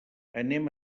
anem